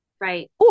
Right